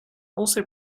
also